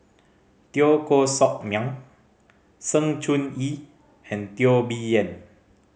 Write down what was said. Teo Koh Sock Miang Sng Choon Yee and Teo Bee Yen